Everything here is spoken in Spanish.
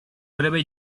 breve